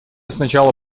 сначала